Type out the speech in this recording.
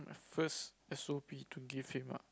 first as so be to give him ah